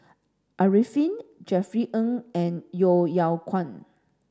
Arifin Jerry Ng and Yeo Yeow Kwang